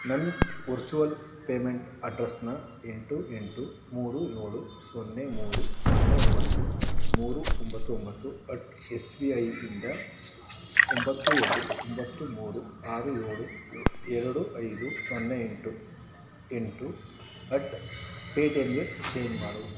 ನನ್ನ virtual payment ಅಡ್ರಸ್ಸಿನ ಎಂಟು ಎಂಟು ಮೂರು ಏಳು ಸೊನ್ನೆ ಮೂರು ಸೊನ್ನೆ ಒಂಬತ್ತು ಮೂರು ಒಂಬತ್ತು ಒಂಬತ್ತು ಅಟ್ ಎಸ್ ಬಿ ಐಯಿಂದ ಒಂಬತ್ತು ಎರಡು ಒಂಬತ್ತು ಮೂರು ಆರು ಏಳು ಎರಡು ಐದು ಸೊನ್ನೆ ಎಂಟು ಎಂಟು ಅಟ್ ಪೇಟಿಯಮ್ಮಿಗೆ ಚೇಂಜ್ ಮಾಡು